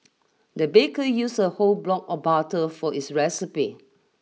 the baker used a whole block of butter for this recipe